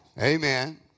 amen